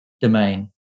domain